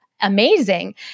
amazing